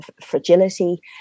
fragility